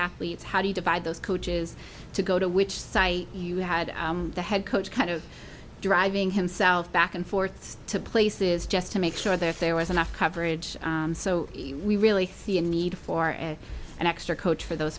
athletes how do you divide those coaches to go to which site you had the head coach kind of driving himself back and forth to places just to make sure that there was enough coverage so we really see a need for an extra coach for those